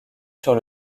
sur